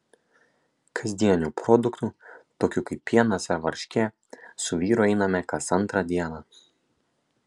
kasdienių produktų tokių kaip pienas ar varškė su vyru einame kas antrą dieną